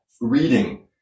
reading